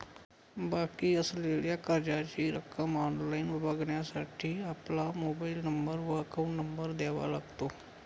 बाकी असलेल्या कर्जाची रक्कम ऑनलाइन बघण्यासाठी आपला मोबाइल नंबर व अकाउंट नंबर द्यावा लागतो